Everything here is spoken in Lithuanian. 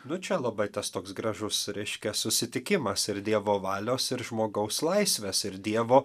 nu čia labai tas toks gražus reiškia susitikimas ir dievo valios ir žmogaus laisvės ir dievo